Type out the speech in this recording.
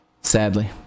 sadly